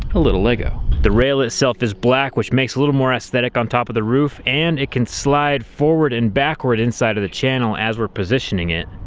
a little lego. the rail itself is black which makes it a little more aesthetic on top of the roof and it can slide forward and backward inside of the channel as we're positioning it.